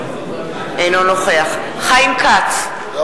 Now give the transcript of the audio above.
אינו נוכח חיים כץ,